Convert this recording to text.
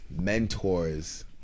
mentors